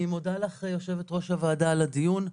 אני מודה לך יושבת ראש הוועדה, על הדיון.